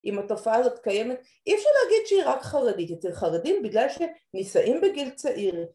‫אם התופעה הזאת קיימת, ‫אי אפשר להגיד שהיא רק חרדית. ‫אצל חרדים, בגלל שנישאים בגיל צעיר.